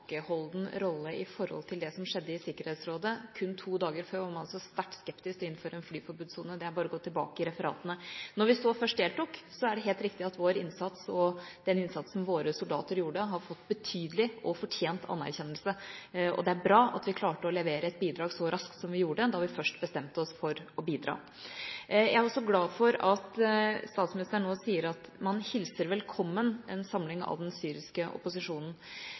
rolle med hensyn til det som skjedde i Sikkerhetsrådet. Kun to dager før var man altså sterkt skeptisk til å innføre en flyforbudssone – det er det bare å gå tilbake i referatene og se. Da vi så først deltok, er det helt riktig at vår innsats og den innsatsen våre soldater gjorde, har fått betydelig og fortjent anerkjennelse. Det er bra at vi klarte å levere et bidrag så raskt som vi gjorde, når vi først bestemte oss for å bidra. Jeg er også glad for at statsministeren nå sier at man hilser velkommen en samling av den syriske opposisjonen.